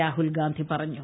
രാഹുൽഗാന്ധി പറഞ്ഞു